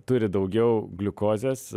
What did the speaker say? turi daugiau gliukozės